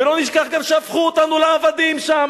ולא נשכח גם שהפכו אותנו לעבדים שם.